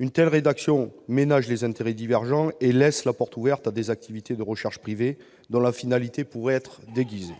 Une telle rédaction ménage des intérêts divergents et laisse la porte ouverte à des activités de recherche privées dont la finalité pourrait être déguisée.